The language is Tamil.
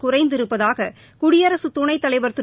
குறைந்திருப்பதாக குடியரசுத் துணைத்தலைவர் திரு